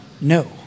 No